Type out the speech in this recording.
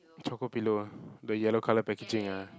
choco pillow ah the yellow colour packaging ah